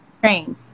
train